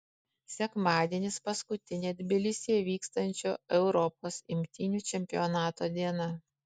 sekmadienis paskutinė tbilisyje vykstančio europos imtynių čempionato diena